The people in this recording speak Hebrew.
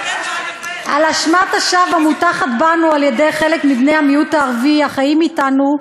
על אשמת השווא המוטחת בנו על-ידי חלק מבני המיעוט הערבי החיים אתנו,